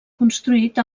construït